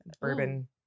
Bourbon